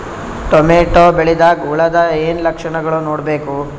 Tomato ಬೆಳಿದಾಗ್ ಹುಳದ ಏನ್ ಲಕ್ಷಣಗಳು ನೋಡ್ಬೇಕು?